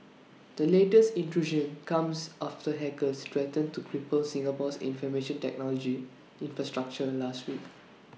the latest intrusion comes after hackers threatened to cripple Singapore's information technology infrastructure last week